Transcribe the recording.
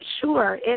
Sure